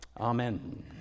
Amen